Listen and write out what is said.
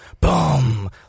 boom